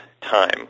time